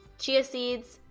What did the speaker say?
chia seeds,